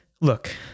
look